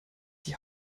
die